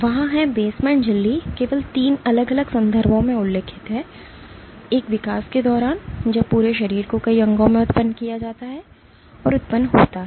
वहाँ हैं बेसमेंट झिल्ली केवल 3 अलग अलग संदर्भों में उल्लिखित है एक विकास के दौरान जब पूरे शरीर को कई अंगों में उत्पन्न किया जाता है और उत्पन्न होता है